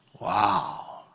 Wow